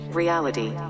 reality